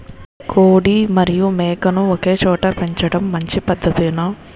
కోడి మరియు మేక ను ఒకేచోట పెంచడం మంచి పద్ధతేనా?